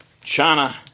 China